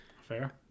Fair